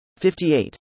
58